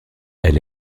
elle